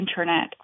internet